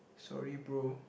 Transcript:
sorry bro